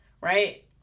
right